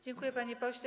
Dziękuję, panie pośle.